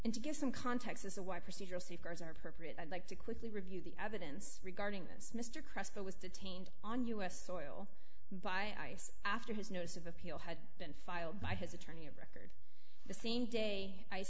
and to give some context as to why procedural safeguards are appropriate i'd like to quickly review the evidence regarding this mr crespo was detained on u s soil by ice after his notice of appeal had been filed by his attorney of the same day i